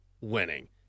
winning